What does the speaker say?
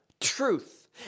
truth